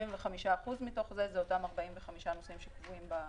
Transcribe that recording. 75% מתוך זה זה אותם 45 נוסעים שקבועים בתקנות.